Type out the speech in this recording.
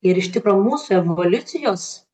ir iš tikro mūsų evoliucijos